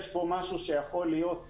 יש פה משהו שיכול להיות משמעותי.